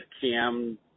cam